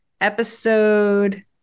episode